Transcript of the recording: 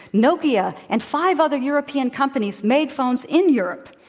nokia and five other european companies made phones in europe.